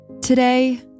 Today